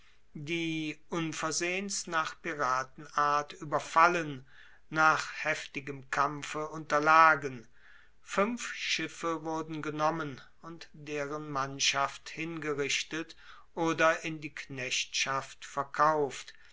die unversehens nach piratenart ueberfallen nach heftigem kampfe unterlagen fuenf schiffe wurden genommen und deren mannschaft hingerichtet oder in die knechtschaft verkauft